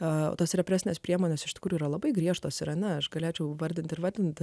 o tos represinės priemonės iš tikrųjų yra labai griežtos ir ana aš galėčiau vardinti ir vadinti